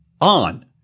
on